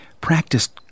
practiced